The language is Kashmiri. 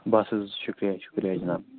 بس حظ شُکرِیا شُکرِیا جِناب